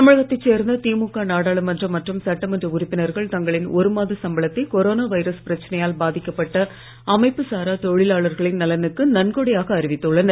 தமிழகத்தை சேர்ந்த திமுக நாடாளுமன்ற மற்றும் சட்டமன்ற உறுப்பினர்கள் தங்களின் ஒருமாத சம்பளத்தை கொரோனா வைரஸ் பிரச்சனையால் பாதிக்கப்பட்ட அமைப்பு சாரா தொழிலாளர்களின் நலனுக்கு நன்கொடையாக அறிவித்துள்ளனர்